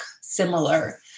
similar